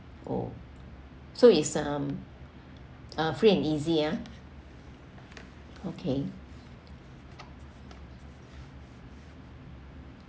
oh so it's um uh free and easy ah okay